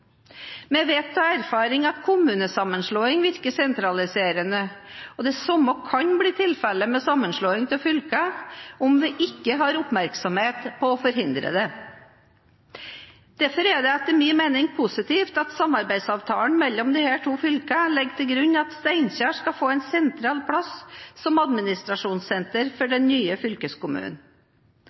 Vi vet av erfaring at kommunesammenslåing virker sentraliserende, og det samme kan bli tilfellet med sammenslåing av fylker om en ikke har oppmerksomhet på å forhindre det. Derfor er det etter min mening positivt at samarbeidsavtalen mellom de to fylkene legger til grunn at Steinkjer skal få en sentral plass som administrasjonssenter for den nye fylkeskommunen.